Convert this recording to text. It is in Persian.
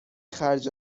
خرج